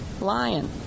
lion